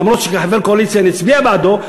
למרות שכחבר קואליציה אני אצביע בעדו.